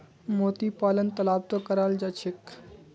मोती पालन तालाबतो कराल जा छेक